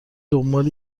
دنبال